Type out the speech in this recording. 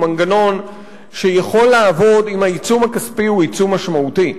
הוא מנגנון שיכול לעבוד אם העיצום הכספי הוא עיצום משמעותי.